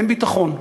אין ביטחון.